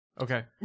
Okay